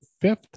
fifth